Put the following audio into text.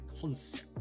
concept